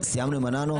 סיימנו עם הננו?